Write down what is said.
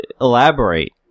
Elaborate